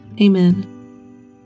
Amen